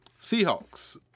Seahawks